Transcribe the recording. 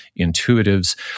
intuitives